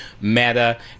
meta